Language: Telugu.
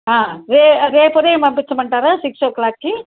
రే రేపుదయం పంపించమంటారా సిక్స్ ఓ క్లాక్కి